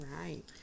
right